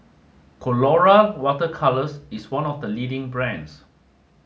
Colora Water Colours is one of the leading brands